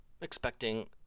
expecting